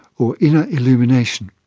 or inner illumination.